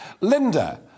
Linda